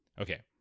Okay